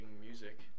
music